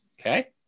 Okay